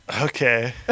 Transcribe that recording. Okay